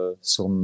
sur